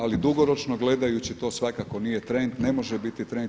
Ali dugoročno gledajući to svakako nije trend, ne može biti trend.